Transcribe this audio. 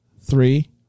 three